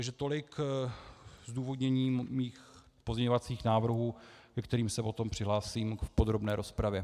Takže tolik zdůvodnění mých pozměňovacích návrhů, ke kterým se potom přihlásím v podrobné rozpravě.